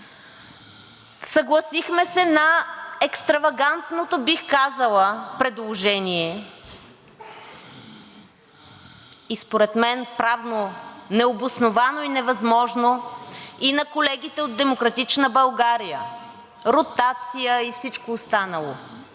Съгласихме се на екстравагантното, бих казала, предложение, и според мен правно необосновано и невъзможно, и на колегите от „Демократична България“ – ротация и всичко останало.